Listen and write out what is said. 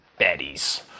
baddies